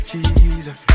Jesus